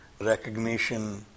recognition